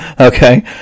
Okay